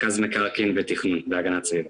רכז מקרקעין, תכנון והגנת סביבה.